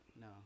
No